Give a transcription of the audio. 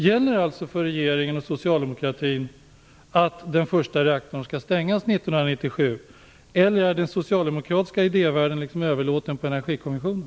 Gäller det för regeringen och socialdemokratin att den första reaktorn skall stängas 1997? Eller är den socialdemokratiska idévärlden överlåten på Energikommissionen?